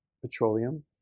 petroleum